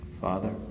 Father